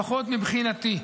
לפחות מבחינתי,